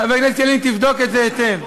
חבר הכנסת ילין, תבדוק את זה היטב.